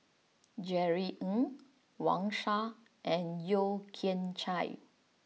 Jerry Ng Wang Sha and Yeo Kian Chai